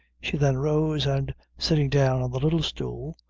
she then rose, and sitting down on the little stool,